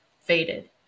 faded